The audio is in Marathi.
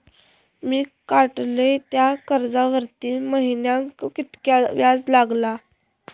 मी काडलय त्या कर्जावरती महिन्याक कीतक्या व्याज लागला?